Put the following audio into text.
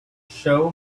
show